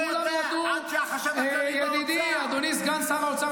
אף אחד לא יודע, עד שהחשב הכללי לא עצר,